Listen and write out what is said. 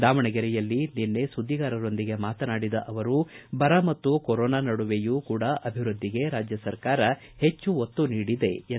ದಾವಣಗೆರೆಯಲ್ಲಿ ನಿನ್ನೆ ಸುದ್ದಿಗಾರರೊಂದಿಗೆ ಮಾತನಾಡಿದ ಅವರು ಬರ ಮತು ಕೊರೊನಾ ನಡುವೆಯೂ ಕೂಡ ಅಭಿವೃದ್ದಿಗೆ ರಾಜ್ಯ ಸರ್ಕಾರ ಹೆಚ್ಚು ಒತ್ತು ನೀಡಿದೆ ಎಂದರು